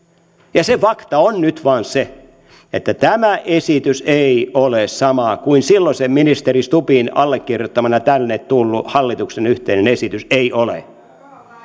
liittyvät se fakta on nyt vain se että tämä esitys ei ole sama kuin silloisen ministeri stubbin allekirjoittamana tänne tullut hallituksen yhteinen esitys ei ole